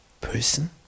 person